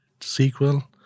SQL